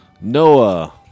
Noah